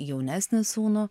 jaunesnį sūnų